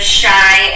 shy